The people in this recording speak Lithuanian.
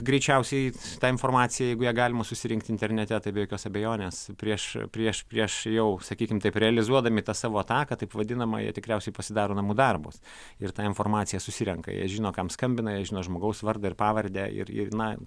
greičiausiai tą informaciją jeigu ją galima susirinkti internete tai be jokios abejonės prieš prieš prieš jau sakykim taip realizuodami tą savo ataką taip vadinamą jie tikriausiai pasidaro namų darbus ir tą informaciją susirenka jie žino kam skambina jie žino žmogaus vardą ir pavardę ir ir na